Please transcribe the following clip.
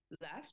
left